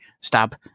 stab